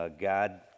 God